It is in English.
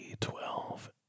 twelve